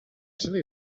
chili